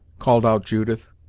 called out judith,